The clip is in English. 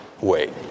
Wait